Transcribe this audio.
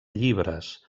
llibres